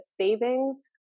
savings